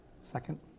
Second